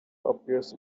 appears